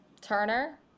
Turner